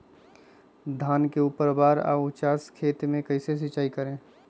धान के ऊपरवार या उचास खेत मे कैसे सिंचाई करें?